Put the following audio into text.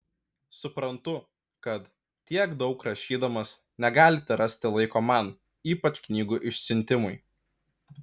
suprantu kad tiek daug rašydamas negalite rasti laiko man ypač knygų išsiuntimui